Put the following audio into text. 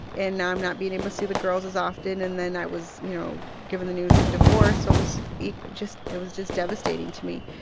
and now i'm not being able to see the girls as often. and then i was, you know, given the news of divorce. so it was just it was just devastating to me.